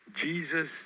Jesus